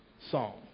song